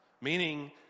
meaning